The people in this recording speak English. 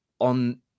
on